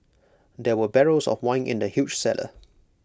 there were barrels of wine in the huge cellar